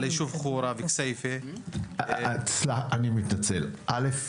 על היישובים חורה וכסייפה --- אני מתנצל, א',